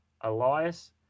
Elias